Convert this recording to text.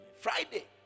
Friday